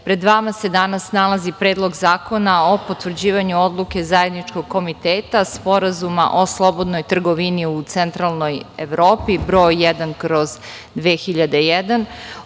pred vama se danas nalazi Predlog zakona o potvrđivanju Odluke Zajedničkog komiteta Sporazuma o slobodnoj trgovini u Centralnoj Evropi br. 1/2001,